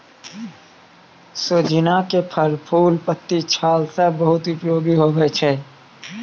सोजीना के फल, फूल, पत्ती, छाल सब बहुत उपयोगी होय छै